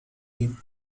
him